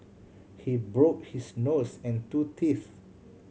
he broke his nose and two teeth